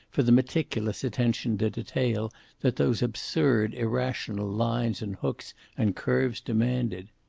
for the meticulous attention to detail that those absurd, irrational lines and hooks and curves demanded.